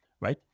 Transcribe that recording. right